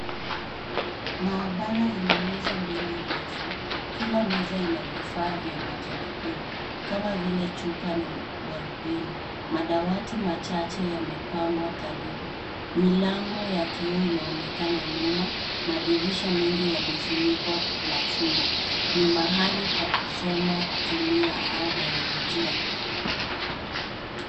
Maabara yenye meza mbili refu. Kila meza ina vifaa vya majaribio kama vile chupa na darubini. Madawati machache yamepangwa karibu. Milango ya kioo inaonekana nyuma. Madirisha mengi yamefunikwa na chuma. Ni mahali pa kusoma kemia au bayolojia.